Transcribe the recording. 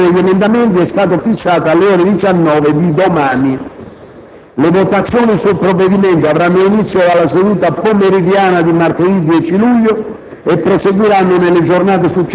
Il termine per la presentazione degli emendamenti è stato fissato alle ore 19 di domani. Le votazioni sul provvedimento avranno inizio dalla seduta pomeridiana di martedì 10 luglio